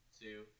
Two